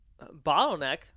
bottleneck